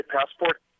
passport